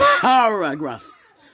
paragraphs